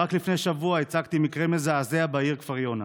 רק לפני שבוע הצגתי מקרה מזעזע בעיר כפר יונה,